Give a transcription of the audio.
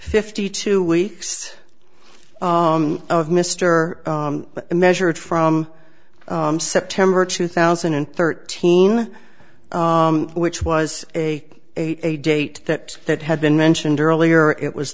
fifty two weeks of mr measured from september two thousand and thirteen which was a a date that that had been mentioned earlier it was